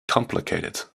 complicated